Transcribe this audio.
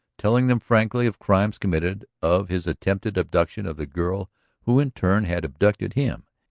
telling them frankly of crimes committed, of his attempted abduction of the girl who in turn had abducted him.